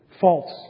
false